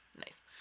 Nice